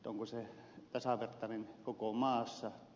onko se tasavertainen koko maassa